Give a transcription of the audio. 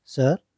sir